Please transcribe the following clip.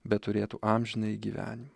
bet turėtų amžinąjį gyvenimą